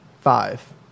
five